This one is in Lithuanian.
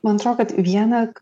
man atrodo kad viena